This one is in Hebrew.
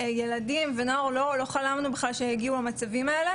ולכן יש חשיבות עצומה,